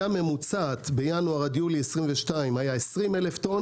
ממוצעת בינואר עד יולי 22' היה 20,000 טון